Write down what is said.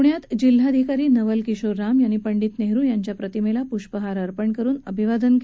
पुण्यात जिल्हाधिकारी नवलकिशोर राम यांनी पंडीत नेहरू यांच्या प्रतिमेला पुष्पहार अर्पण करून अभिवादन केलं